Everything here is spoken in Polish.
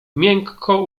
miękko